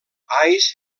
ais